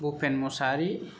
Bhupen Mosahary